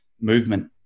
movement